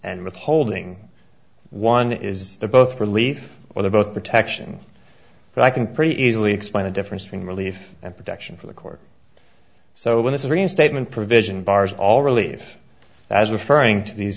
and withholding one is the both relief well they're both protection but i can pretty easily explain the difference between relief and protection for the court so when this reinstatement provision bars all relieve as referring to these